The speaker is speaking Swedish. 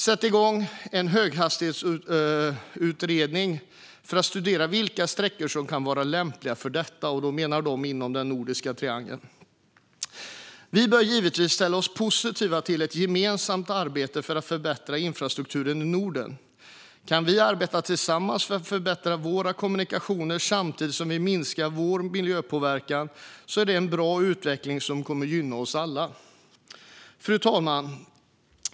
Sätt igång en höghastighetsutredning för att studera vilka sträckor som kan vara lämpliga för detta. De menar då inom den nordiska triangeln. Vi bör givetvis ställa oss positiva till ett gemensamt arbete för att förbättra infrastrukturen i Norden. Kan vi arbeta tillsammans för att förbättra våra kommunikationer samtidigt som vi minskar vår miljöpåverkan är det en bra utveckling som kommer att gynna oss alla. Fru talman!